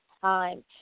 Time